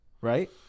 Right